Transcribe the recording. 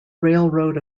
railroad